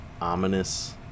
ominous